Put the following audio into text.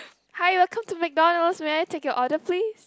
hi welcome to McDonalds may I take your order please